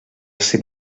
sent